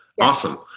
Awesome